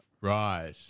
Right